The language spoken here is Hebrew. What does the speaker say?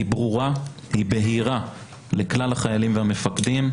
היא ברורה, היא בהירה לכלל החיילים והמפקדים.